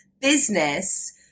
business